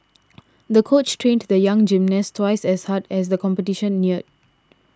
the coach trained the young gymnast twice as hard as the competition neared